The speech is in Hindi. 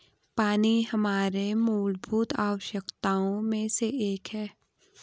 पानी हमारे मूलभूत आवश्यकताओं में से एक है